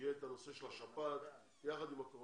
בחורף כאשר תהיה שפעת יחד עם הקורונה.